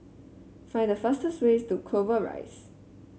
find the fastest way to Clover Rise